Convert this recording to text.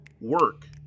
work